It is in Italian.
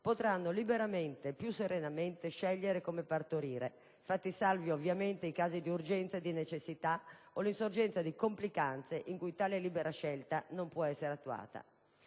potranno liberamente e più serenamente scegliere come partorire, fatti salvi, ovviamente, i casi di urgenza e di necessità o l'insorgenza di complicanze in cui tale libera scelta non può essere attuata.